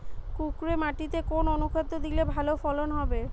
কাঁকুরে মাটিতে কোন অনুখাদ্য দিলে ভালো ফলন হবে?